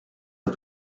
are